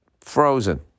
Frozen